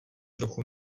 trochu